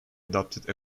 adopted